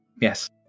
yes